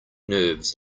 nerves